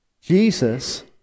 Jesus